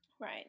Right